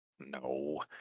No